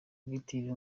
active